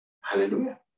Hallelujah